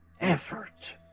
effort